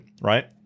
right